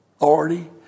authority